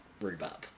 rhubarb